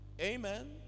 Amen